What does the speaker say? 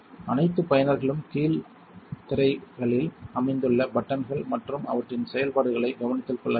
அனைத்து பயனர்களும் கீழ் திரைகளில் அமைந்துள்ள பட்டன்கள் மற்றும் அவற்றின் செயல்பாடுகளை கவனத்தில் கொள்ள வேண்டும்